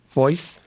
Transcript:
voice